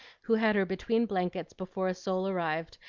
who had her between blankets before a soul arrived,